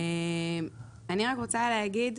אבישג דיברה